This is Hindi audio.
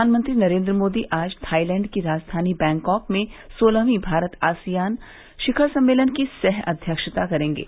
प्रधानमंत्री नरेन्द्र मोदी आज थाईलैण्ड की राजघानी बैंकाक में सोलहवीं भारत आसियान शिखर सम्मेलन की सह अध्यक्षता करेंगे